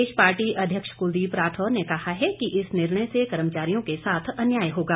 प्रदेश party अध्यक्ष कुलदीप राठौर ने कहा है कि इस निर्णय से कर्मचारियों के साथ अन्याय होगा